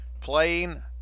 playing